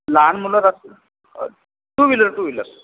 लहान मुलं to wheeler two wheeler